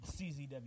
CZW